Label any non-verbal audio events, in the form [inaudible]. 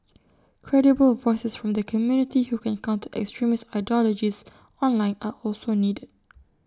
credible voices from the community who can counter extremist ideologies online are also needed [noise]